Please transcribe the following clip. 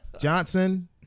Johnson